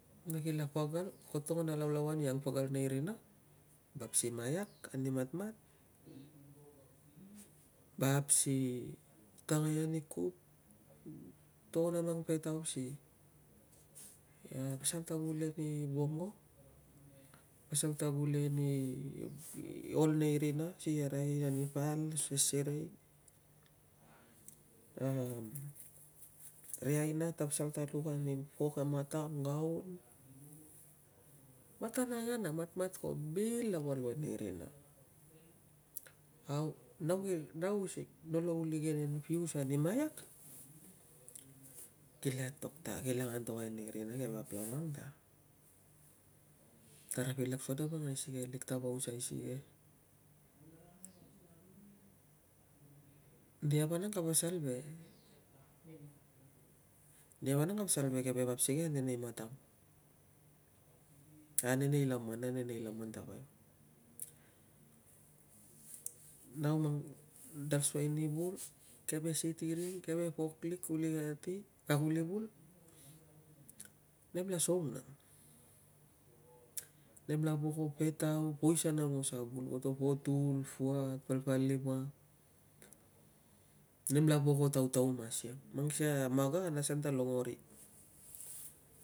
Na kila pagal, ko togon a laulauan i ang pagal nei rina. Vap si maiak ani matmat, vap si tangai ani kut, ko togon a mang petau si pasal ta gule ni vongo, pasal ta gule ni, ol nei rina si arai ani pal i seserei, ri aina ta pasal ta luk ani pok e matang, ngaun, matan angan nang. Matmat ko bil lava luai nei rina. Au, nau using nolo uli igenen pius ani maiak, kila antok ta, kila angtokai nei rina ke vap lava ang ta, tara pilak vanang a isigelik tab ausai sige, nia vanang ka pasal ve, nia vanang ka pasal ve keve vap sige ane nei matang, e ane nei laman, ane nei laman tapai. Nau nang, dal suai ni vul, keve sitiring, keve pok lik kuli kati a, kuli vul, nem la saung nang. Nem la voko petau, poisan aungos a vul, koto potul, puat, palpalima nem la voko tautaum asiang. Mang sikei a maga, kana asan ta longori